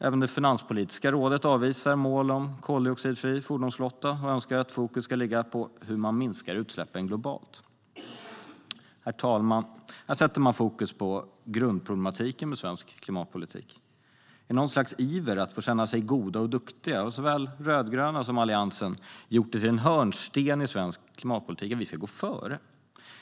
Även Finanspolitiska rådet avvisar mål om koldioxidfri fordonsflotta och önskar att fokus ska ligger på hur man minskar utsläppen globalt. Herr talman! Här sätter man fokus på grundproblematiken med svensk klimatpolitik. I något slags iver att få känna sig goda och duktiga har såväl de rödgröna som Alliansen gjort det till en hörnsten i svensk klimatpolitik att Sverige ska gå före.